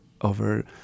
over